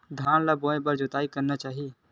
धान ल बोए बर के बार जोताई करना चाही?